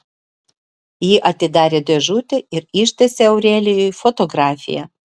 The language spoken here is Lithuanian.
ji atidarė dėžutę ir ištiesė aurelijui fotografiją